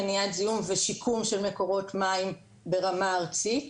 מניעת זיהום ושיקום של מקורות מים ברמה ארצית.